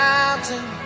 Mountain